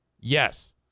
Yes